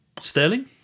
Sterling